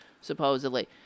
supposedly